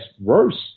worse